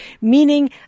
meaning